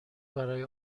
برای